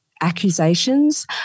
accusations